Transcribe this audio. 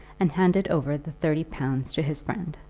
and handed over the thirty pounds to his friend.